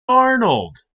arnold